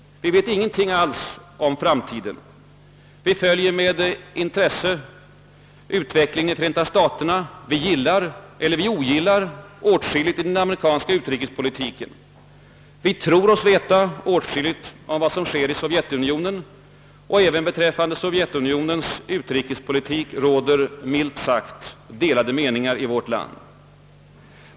Vi vet ingenting alls om framtiden. Vi följer med intresse utvecklingen i Förenta staterna. Vi ogillar en del i den amerikanska utrikespolitiken. Vi tror oss veta åtskilligt om vad som sker i Sovjetunionen, och även beträffande Sovjetunionens utrikespolitik råder, milt sagt, delade meningar i vårt land.